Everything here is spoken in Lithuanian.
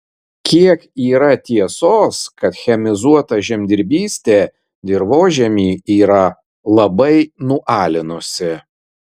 kiek yra tiesos kad chemizuota žemdirbystė dirvožemį yra labai nualinusi